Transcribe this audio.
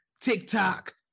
TikTok